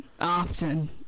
often